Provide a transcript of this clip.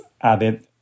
added